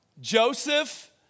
Joseph